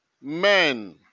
men